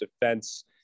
defense